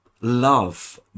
love